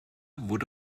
wurde